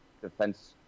defense